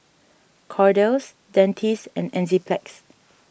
Kordel's Dentiste and Enzyplex